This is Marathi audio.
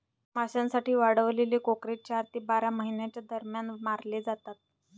मांसासाठी वाढवलेले कोकरे चार ते बारा महिन्यांच्या दरम्यान मारले जातात